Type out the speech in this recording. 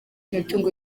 imitungo